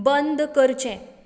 बंद करचें